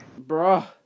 Bruh